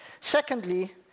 Secondly